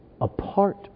apart